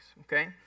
Okay